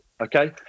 Okay